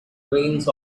trains